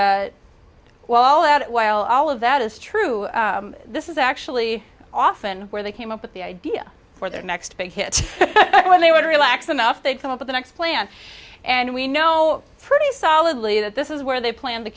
e well that while all of that is true this is actually often where they came up with the idea for their next big hit when they would relax enough they'd come up with the next plan and we know pretty solidly that this is where they plan